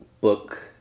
book